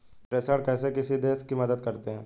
प्रेषण कैसे किसी देश की मदद करते हैं?